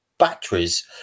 batteries